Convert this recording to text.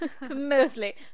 Mostly